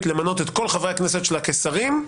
למנות את כל חברי הכנסת שלה כשרים,